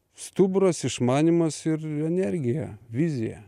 stuburas išmanymas ir energija vizija